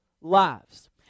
lives